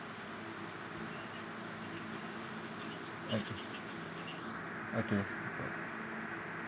okay okay so~